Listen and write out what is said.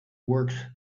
works